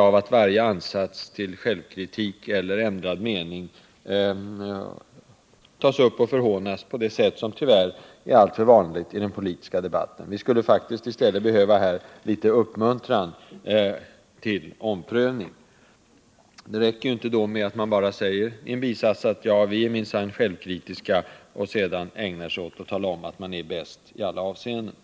av att varje ansats till självrannsakan och nyorientering tas upp och förhånas på det sätt som tyvärr är alltför vanligt i den svenska politiska debatten. Här skulle vi faktiskt i stället behöva litet uppmuntran till omprövning. Det räcker inte med att man i en bisats säger att vi minsann är självkritiska, varefter man ägnar sig åt att tala om att man är bäst i alla avseenden.